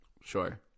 Sure